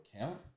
account